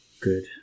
good